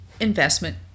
investment